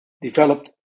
developed